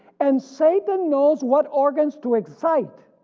and satan knows what organs to excite,